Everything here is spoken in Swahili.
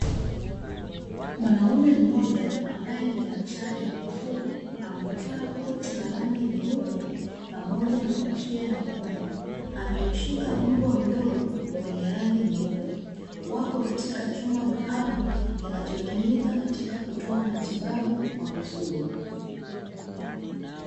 Mwanaume mmoja ambaye ni daktari wa mifugo amevaa koti la rangi nyeupe pamoja na kofia nyekundu. Amemshika mbwa mdogo mwenye rangi nyeupe wapo katika chumba maalumu kinachotumika katika kutoa matibabu kwa mifugo.